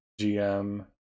GM